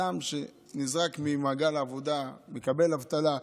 אדם שנזרק ממעגל העבודה, מקבל אבטלה,